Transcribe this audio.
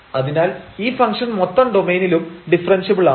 അതിനാൽ ഈ ഫംഗ്ഷൻ മൊത്തം ഡൊമൈനിലും ഡിഫറെൻഷ്യബിൾ ആണ്